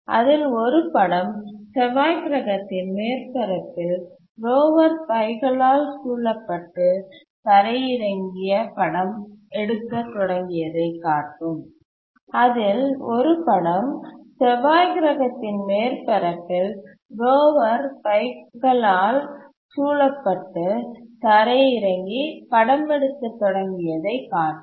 அதில் ஒரு படம் செவ்வாய் கிரகத்தின் மேற்பரப்பில் ரோவர் பைகளால் சூழப்பட்டு தரையிறங்கி படம் எடுக்கத் தொடங்கியதை காட்டும்